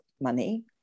money